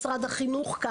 משרד החינוך,